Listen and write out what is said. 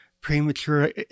premature